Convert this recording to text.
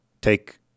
take